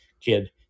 kid